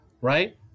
right